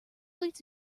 leads